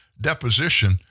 deposition